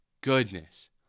goodness